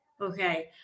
Okay